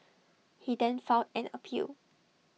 he then filed an appeal